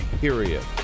Period